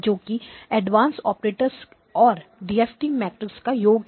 जोकि advanced operators और DFT matrix का योग है